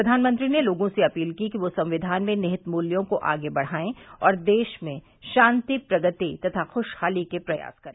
प्रधानमंत्री ने लोगों से अपील की कि ये संक्षिणन में निहित मूल्यों को आगे बढ़ायें और देश में शांति प्रगति तथा खुशहाली के प्रयास करें